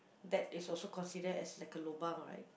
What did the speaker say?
that is also considered as like a lobang right